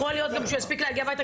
יכול להיות גם שהוא יספיק להגיע הביתה